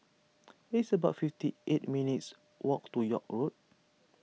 it's about fifty eight minutes' walk to York Road